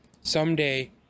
someday